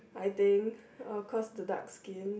I think uh cause the dark skin